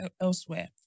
elsewhere